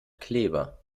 kleber